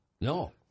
No